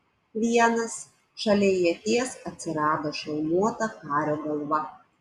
vienas šalia ieties atsirado šalmuota kario galva